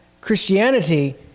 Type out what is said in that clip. Christianity